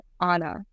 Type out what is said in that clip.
anna